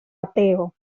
ateo